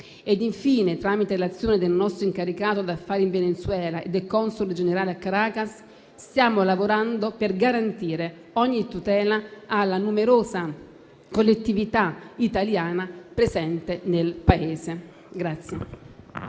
Infine, tramite l'azione del nostro incaricato d'affari in Venezuela e console generale a Caracas, stiamo lavorando per garantire ogni tutela alla numerosa collettività italiana presente nel Paese.